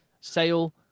Sale